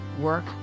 work